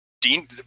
Dean